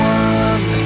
one